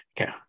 okay